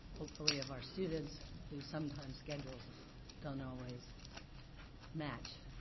hopefully of our students, who sometimes schedules don't always match.